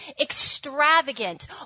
extravagant